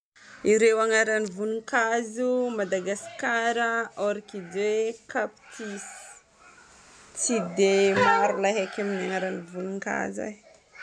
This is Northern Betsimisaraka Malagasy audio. Ireo agnaragn'ny voninkazo: madagascar, orchidéé, cactus. Tsy dia maro lay haiky amin'ny agnaragn'ny voninkazo e.